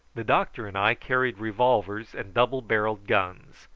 the doctor and i carried revolvers and double-barrelled guns,